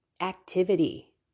activity